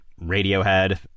Radiohead